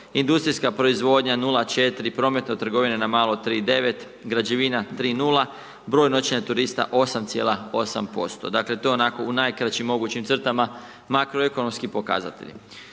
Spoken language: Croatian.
industrijska proizvodnja 0,4%, promet od trgovine na malo 3,9%, građevina 3,0%, broj noćenja turista 8,8%, dakle to je onako u najkraćim mogućim crtama makroekonomski pokazatelji.